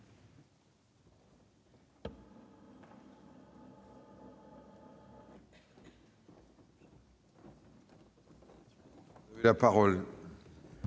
La parole